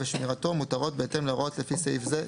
ושמירתו מותרות בהתאם להוראות לפי סעיף זה,